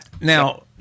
Now